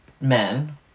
men